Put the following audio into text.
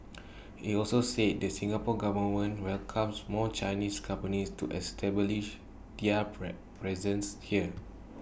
he also said the Singapore Government welcomes more Chinese companies to establish their pre presence here